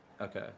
Okay